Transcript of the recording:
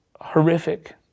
horrific